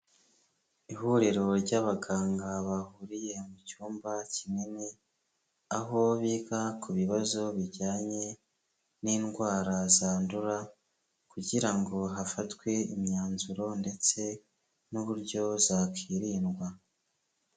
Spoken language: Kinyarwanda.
Ihuriro ry'abaganga bahuriye mu cyumba kinini, aho biga ku bibazo bijyanye n'indwara zandura kugira ngo hafatwe imyanzuro ndetse n'uburyo zakwirindwa.